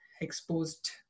exposed